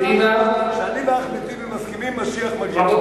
כשאני ואחמד טיבי מסכימים, משיח מגיע.